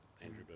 Andrew